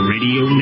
Radio